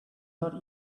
not